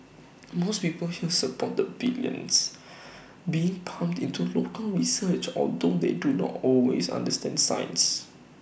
most people here support the billions being pumped into local research although they do not always understand science